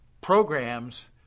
programs